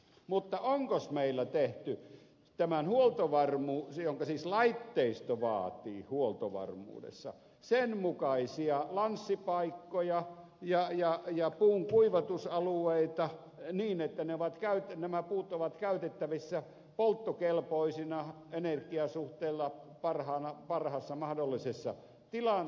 mutta onkos meillä tehty tässä huoltovarmuudessa jonka siis laitteisto vaatii sen mukaisia lanssipaikkoja ja puunkuivatusalueita niin että nämä puut ovat käytettävissä polttokelpoisina energiasuhteella parhaassa mahdollisessa tilassa